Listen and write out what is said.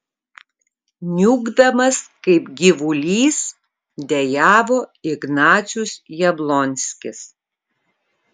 niūkdamas kaip gyvulys dejavo ignacius jablonskis